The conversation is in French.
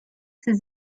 ses